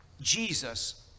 Jesus